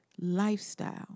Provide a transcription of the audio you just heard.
lifestyle